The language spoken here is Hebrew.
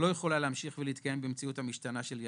לא יכולה להמשיך ולהתקיים בצורה זאת.